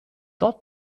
dort